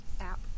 app